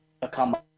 become